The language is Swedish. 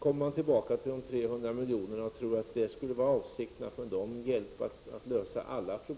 att avsikten bakom de 300 miljonerna var att man med hjälp av dessa skulle lösa alla problem. Det är självfallet inte så.